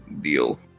deal